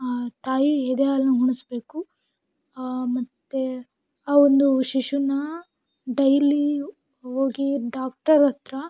ತಾಯಿ ಎದೆಹಾಲನ್ನ ಉಣಿಸ್ಬೇಕು ಮತ್ತು ಆ ಒಂದು ಶಿಶೂನ ಡೈಲಿ ಹೋಗಿ ಡಾಕ್ಟರ್ ಹತ್ತಿರ